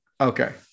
Okay